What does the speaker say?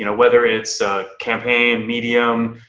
you know whether it's a campaign medium,